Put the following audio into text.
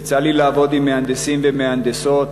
יצא לי לעבוד עם מהנדסים ומהנדסות,